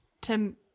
Tim